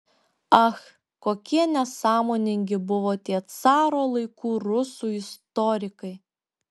ach kokie nesąmoningi buvo tie caro laikų rusų istorikai